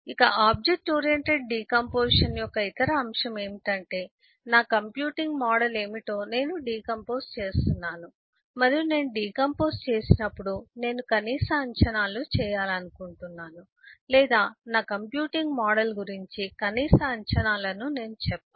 కాబట్టి object oriented decomposition యొక్క ఇతర అంశం ఏమిటంటే నా కంప్యూటింగ్ మోడల్ ఏమిటో నేను డికంపోస్ చేస్తున్నాను మరియు నేను డికంపోస్ చేసినప్పుడు నేను కనీస అంచనాలు చేయాలనుకుంటున్నాను లేదా నా కంప్యూటింగ్ మోడల్ గురించి కనీస అంచనాలను నేను చెప్పాలి